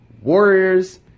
Warriors